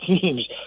teams